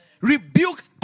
rebuke